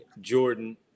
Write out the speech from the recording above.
Jordan